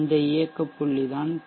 இந்த இயக்க புள்ளி தான் பி